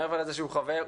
מעבר לזה שהוא חבר,